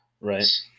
Right